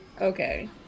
Okay